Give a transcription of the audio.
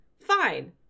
fine